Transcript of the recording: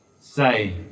say